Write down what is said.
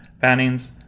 fannings